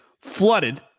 flooded